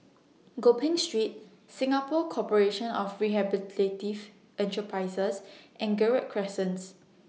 Gopeng Street Singapore Corporation of Rehabilitative Enterprises and Gerald Crescent